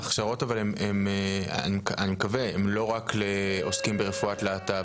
אבל אני מקווה שההכשרות הן לא רק לעוסקים ברפואת להט״ב.